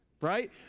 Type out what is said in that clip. right